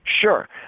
Sure